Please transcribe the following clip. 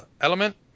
element